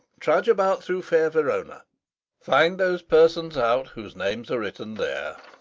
trudge about through fair verona find those persons out whose names are written there,